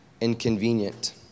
inconvenient